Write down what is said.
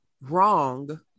wrong